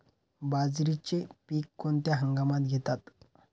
बाजरीचे पीक कोणत्या हंगामात घेतात?